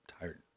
tired